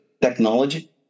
technology